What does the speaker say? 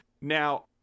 Now